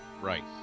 right